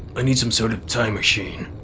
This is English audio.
i need some sort of time machine.